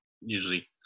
usually